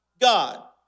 God